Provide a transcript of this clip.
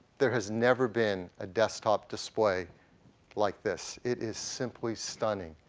there has never been a desktop display like this. it is simply stunning.